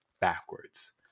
backwards